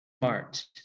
smart